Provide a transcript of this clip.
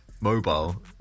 Mobile